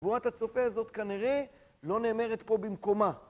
שבועת הצופה הזאת כנראה לא נאמרת פה במקומה.